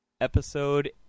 Episode